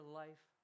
life